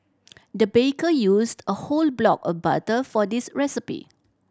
the baker used a whole block of butter for this recipe